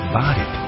body